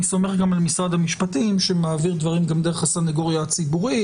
אני סומך גם על משרד המשפטים שמעביר דברים גם דרך הסניגוריה הציבורית.